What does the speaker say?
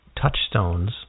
touchstones